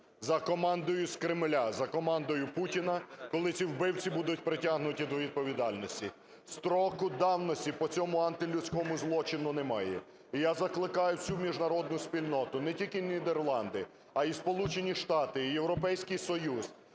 за командою з Кремля, за командою Путіна, коли ці вбивці будуть притягнуті до відповідальності. Строку давності по цьому антилюдському злочину немає. І я закликаю всю міжнародну спільноту, не тільки Нідерланди, а й Сполучені Штати, і Європейський Союз